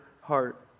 heart